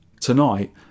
tonight